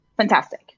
fantastic